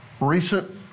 Recent